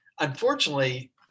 unfortunately